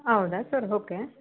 ಹೌದಾ sir okay